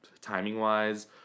timing-wise